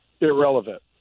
irrelevant